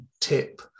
tip